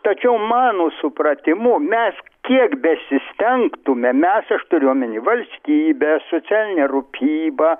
tačiau mano supratimu mes kiek besistengtume mes aš turiu omeny valstybė socialinė rūpyba